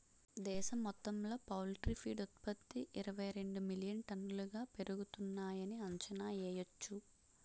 దేశం మొత్తంలో poultry feed ఉత్త్పతి ఇరవైరెండు మిలియన్ టన్నులుగా పెరుగుతున్నాయని అంచనా యెయ్యొచ్చు